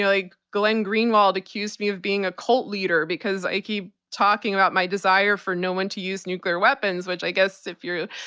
like glenn greenwald accused me of being a cult leader because i keep talking about my desire for no one to use nuclear weapons, which i guess if you're,